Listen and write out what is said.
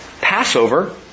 Passover